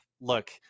look